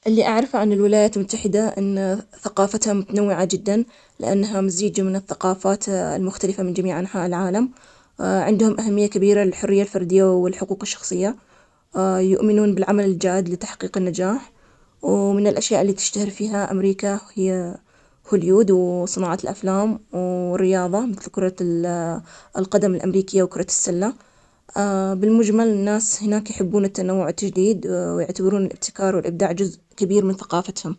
اللي أعرفه عن الولايات المتحدة أن ثقافتها متنوعة جدا، لأنها مزيجة من الثقافات المختلفة من جميع أنحاء العالم، عندهم أهمية كبيرة للحرية الفردية والحقوق الشخصية، يؤمنون بالعمل الجاد لتحقيق النجاح، ومن الأشياء اللي تشتهر فيها أمريكا هي هوليود وصناعة الأفلام و. والرياضة مثل كرة ال القدم الأمريكية وكرة السلة. بالمجمل، الناس هناك يحبون التنوع، التجديد ويعتبرون الابتكار والإبداع، جزء كبير من ثقافتهم.